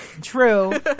True